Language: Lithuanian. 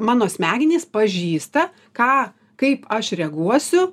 mano smegenys pažįsta ką kaip aš reaguosiu